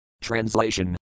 Translation